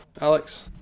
Alex